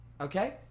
okay